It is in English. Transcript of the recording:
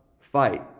fight